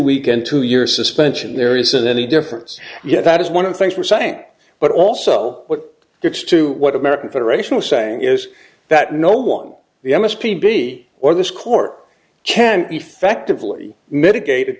week and two year suspension there isn't any difference yet that is one of the things were saying but also what gets to what american federation was saying is that no one the m s p b or this court can effectively mitigate